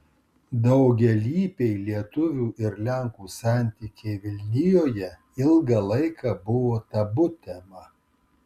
daugialypiai lietuvių ir lenkų santykiai vilnijoje ilgą laiką buvo tabu tema